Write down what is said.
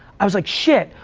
i was like shit,